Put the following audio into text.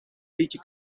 liedje